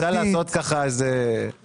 תמר, את רוצה לעשות ככה מערוף?